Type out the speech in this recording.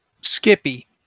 Skippy